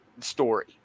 story